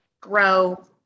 grow